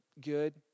good